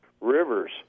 rivers